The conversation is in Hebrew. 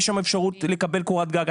יש שם אפשרות לקבל קורת גג.